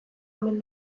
omen